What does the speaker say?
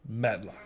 madlock